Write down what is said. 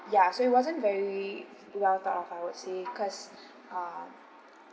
ya so it wasn't very well thought of I would say because um